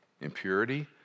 impurity